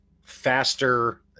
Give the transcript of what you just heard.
faster